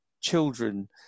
children